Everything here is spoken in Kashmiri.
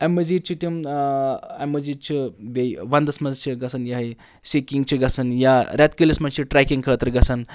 اَمہِ مٔزیٖد چھِ تِم اَمہِ مٔزیٖد چھِ بیٚیہِ وَندَس منٛز چھِ گژھان یہِ ہا یہِ سِکِنٛگ چھِ گژھان یا رٮ۪تہٕ کٲلِس منٛز چھِ ٹرٛیکِنٛگ خٲطرٕ گژھان